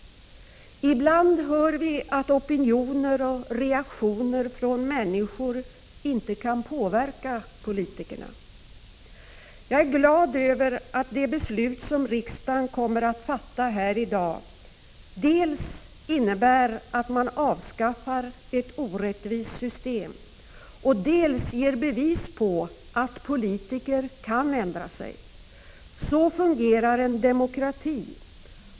Ibland hör vi att opinioner och reaktioner från människor inte kan påverka politikerna. Jag är glad över att det beslut som riksdagen kommer att fatta här i dag dels innebär att man avskaffar ett orättvist system, dels ger bevis för att politiker kan ändra sig. Så fungerar en demokrati.